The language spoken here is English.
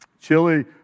chili